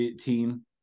team